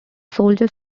soldiers